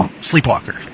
sleepwalker